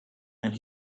and